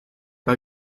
pas